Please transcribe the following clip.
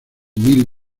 mil